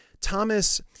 Thomas